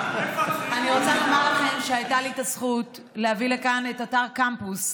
אני רוצה לומר לכם שהייתה לי הזכות להביא לכאן את אתר "קמפוס".